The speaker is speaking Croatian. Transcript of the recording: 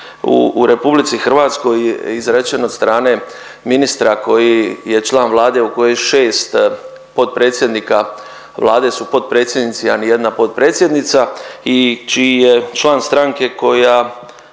u RH je izrečen od strane ministra koji je član Vlade u kojoj 6 potpredsjednika Vlade su potpredsjednici, a ni jedna potpredsjednica i čiji je član stranke koja